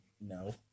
No